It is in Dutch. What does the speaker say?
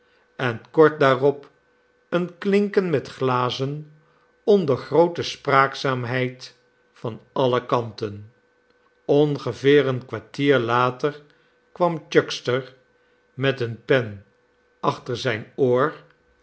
en kort daarop een klinken met glazen onder groote spraakzaamheid van alle kanten ongeveer een kwartier later kwam chuckster met eene pen achter zijn oor